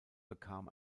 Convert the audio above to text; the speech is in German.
bekam